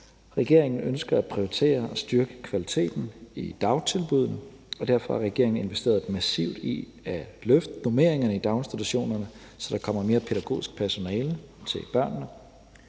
Regeringen ønsker at prioritere og styrke kvaliteten i dagtilbuddene, og derfor har regeringen investeret massivt i at løfte normeringerne i daginstitutionerne, så der kommer mere pædagogisk personale til børnene.